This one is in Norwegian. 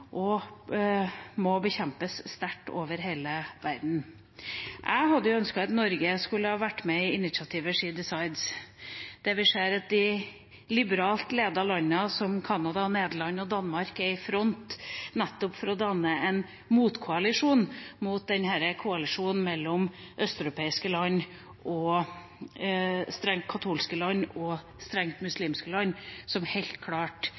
Norge skulle vært med i initiativet She Decides, der vi ser at de liberalt ledede landene, som Canada, Nederland og Danmark, er i front nettopp for å danne en motkoalisjon mot koalisjonen mellom østeuropeiske land, strengt katolske land og strengt muslimske land som helt klart